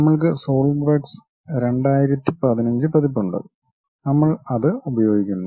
നമ്മൾക്ക് SolidWorks 2015 പതിപ്പ് ഉണ്ട് നമ്മൾ അത് ഉപയോഗിക്കുന്നു